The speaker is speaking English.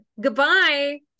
Goodbye